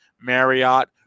Marriott